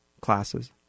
classes